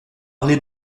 parler